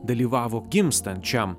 dalyvavo gimstant šiam